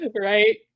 right